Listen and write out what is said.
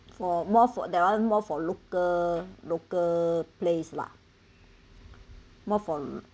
for more for that one more for local local place lah more for